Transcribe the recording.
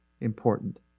important